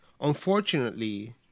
Unfortunately